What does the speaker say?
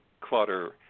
Clutter